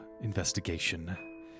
investigation